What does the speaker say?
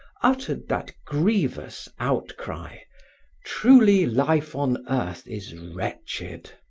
uttered that grievous outcry truly life on earth is wretched.